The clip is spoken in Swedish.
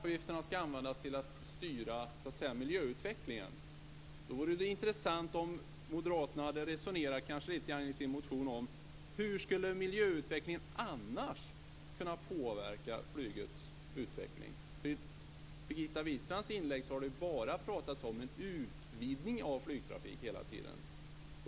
Fru talman! Om de här avgifterna ska användas till att styra miljöutvecklingen hade det varit intressant om Moderaterna i sin motion hade resonerat lite grann om hur miljöutvecklingen annars skulle kunna påverka flygets utveckling. I Birgitta Wistrands inlägg pratades det bara om en utvidgning av flygtrafiken.